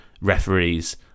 referees